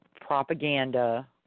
propaganda